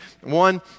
one